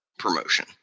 Promotion